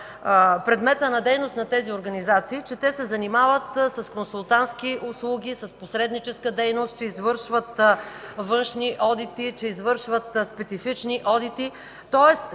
предмета на дейност на тези организации, че те се занимават с консултантски услуги, с посредническа дейност, извършват външни одити, извършват специфични одити, тоест